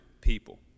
people